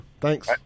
Thanks